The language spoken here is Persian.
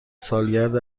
سالگرد